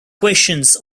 questions